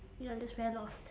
ya just very lost